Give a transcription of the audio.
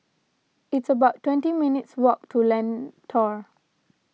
it's about twenty minutes' walk to Lentor